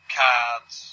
cards